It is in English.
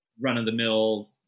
run-of-the-mill